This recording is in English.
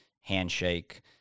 handshake